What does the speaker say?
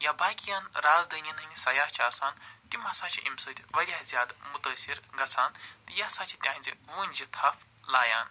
یا باقین رازدٲین ہِنٛدۍ سیاہ چھِ آسان تِم ہَسا چھِ امہِ سۭتۍ وارِیاہ زیادٕ متٲثر گَژھان یہِ سا چھِ تہنٛزِ وٲنجہِ تپھ لایان